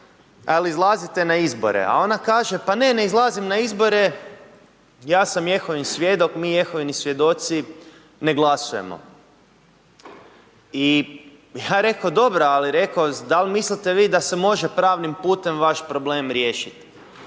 li izlazite na izbore. A ona kaže, pa ne, ne izlazim na izbore, ja sam Jehovin svjedok, mi Jehovini svjedoci ne glasujemo. I ja reko dobro, ali reko, da li mislite vi da se može pravnim putem vaš problem riješiti.